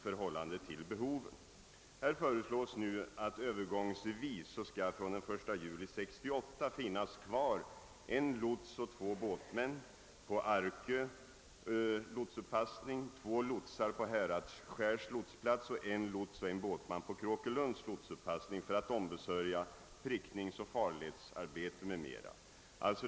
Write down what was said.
Förslaget innebär att det från den 1 juli 1968 övergångsvis skall finnas en lots och två båtmän på Arkö lotsuppassning, två lotsar på Häradsskärs lotsplats samt en lots och en båtman på Kråkelunds lotsuppassning för ombesörjande av prickningsoch farledsarbete m.m.